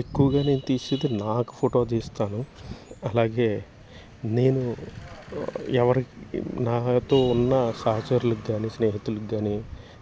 ఎక్కువగా నేను తీసేది నాకు ఫోటో తీస్తాను అలాగే నేను ఎవరికి నాతో ఉన్న సహచర్లు కానీ స్నేహితులు కానీ